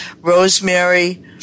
rosemary